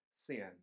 sin